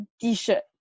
T-shirt